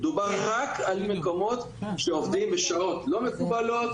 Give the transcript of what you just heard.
מדובר רק על מקומות שעובדים בשעות לא מקובלות.